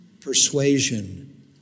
persuasion